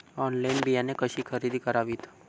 Online बियाणे कशी खरेदी करावीत?